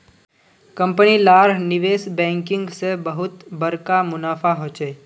company लार निवेश banking से बहुत बड़का मुनाफा होचे